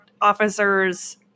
officers